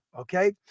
Okay